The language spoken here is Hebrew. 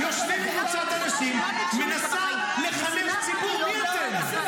קצת צניעות, בסדר?